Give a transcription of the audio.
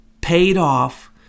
paid-off